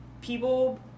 people